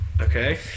okay